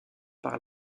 par